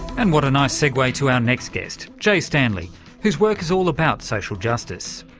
and what a nice segue to our next guest, jay stanley, whose work is all about social justice.